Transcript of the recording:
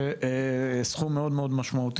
זה סכום מאוד מאוד משמעותי.